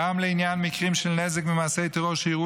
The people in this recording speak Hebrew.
גם לעניין מקרים של נזק ומעשי טרור שאירעו